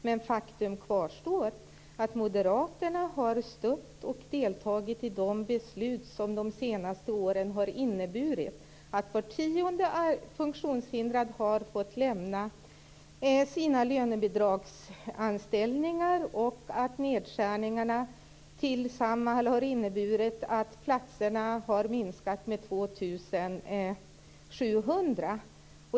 Men faktum kvarstår att Moderaterna har stött och deltagit i de beslut som de senaste åren har inneburit att var tionde funktionshindrad har fått lämna sin lönebidragsanställning och att nedskärningarna till Samhall har inneburit att platserna har minskat med 2 700.